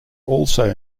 also